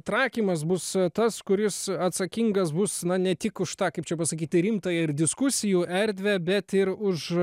trakimas bus tas kuris atsakingas bus ne tik už tą kaip čia pasakyt rimtąją ir diskusijų erdvę bet ir už